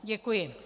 Děkuji.